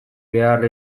behar